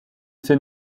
ses